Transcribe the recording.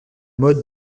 mode